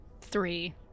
Three